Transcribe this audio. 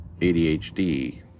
ADHD